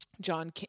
john